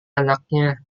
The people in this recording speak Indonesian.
anaknya